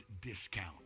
discount